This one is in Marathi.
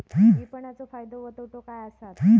विपणाचो फायदो व तोटो काय आसत?